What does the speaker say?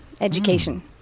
education